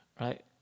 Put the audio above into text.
Right